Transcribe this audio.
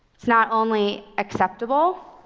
it's not only acceptable